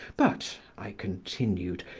but, i continued,